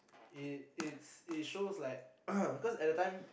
it it's it shows like cause at the time